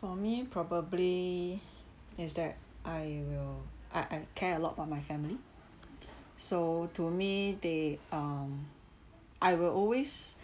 for me probably is that I will I I care a lot about my family so to me they um I will always